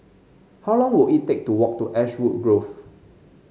how long will it take to walk to Ashwood Grove